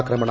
ആക്രമണം